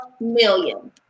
million